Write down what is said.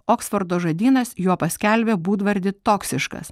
oksfordo žodynas juo paskelbė būdvardį toksiškas